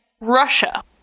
Russia